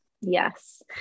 Yes